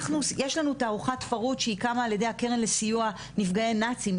יש לנו תערוכת פרהוד שהיא קמה על ידי הקרן לסיוע נפגעי נאצים,